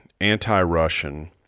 anti-Russian